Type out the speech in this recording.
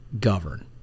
govern